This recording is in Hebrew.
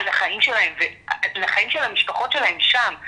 לחיים שלהם ולחיים של המשפחות שלהם שם.